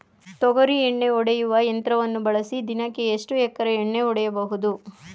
ತೊಗರಿ ಎಣ್ಣೆ ಹೊಡೆಯುವ ಯಂತ್ರವನ್ನು ಬಳಸಿ ದಿನಕ್ಕೆ ಎಷ್ಟು ಎಕರೆ ಎಣ್ಣೆ ಹೊಡೆಯಬಹುದು?